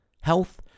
Health